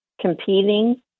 competing